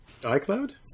iCloud